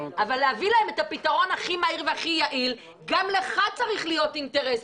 לשם כך גם צריך להיות אינטרס,